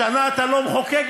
שנה אתה לא מחוקק.